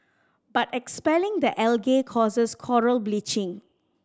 but expelling the algae causes coral bleaching